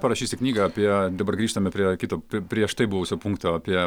parašysi knygą apie dabar grįžtame prie kito prieš tai buvusio punkto apie